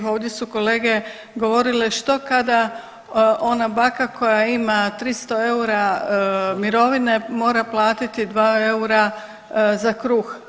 Ovdje su kolege govorile što kada ona baka koja ima 300 eura mirovine mora platiti 2 eura za kruh.